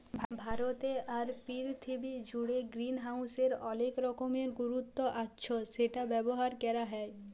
ভারতে আর পীরথিবী জুড়ে গ্রিনহাউসের অলেক রকমের গুরুত্ব আচ্ছ সেটা ব্যবহার ক্যরা হ্যয়